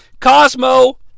Cosmo